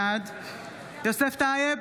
בעד יוסף טייב,